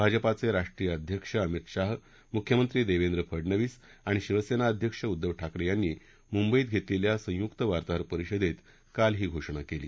भाजपाचे राष्ट्रीय अध्यक्ष अमित शाह मुख्यमंत्री देवेंद्र फडनवीस आणि शिवसेना अध्यक्ष उद्दव ठाकरे यांनी मुंबईत घेतलेल्या संयुक्त वार्ताहर परिषदेत काल ही घोषणा केली